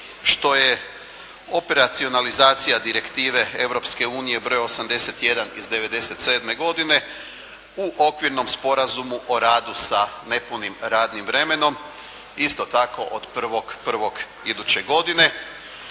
što je operacionalizacija Direktive Europske unije br. 81. iz '97. godine u okvirnom Sporazumu o radu sa nepunim radnim vremenom, isto tako od 1.01. iduće